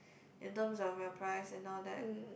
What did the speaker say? in terms of your prize and all that